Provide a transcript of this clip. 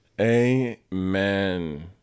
Amen